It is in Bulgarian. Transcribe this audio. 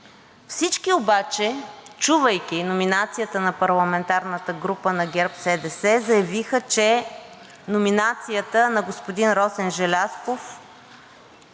Всички обаче, чувайки номинацията на парламентарната група на ГЕРБ-СДС, заявиха, че номинацията на господин Росен Желязков е